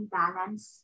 balance